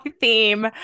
theme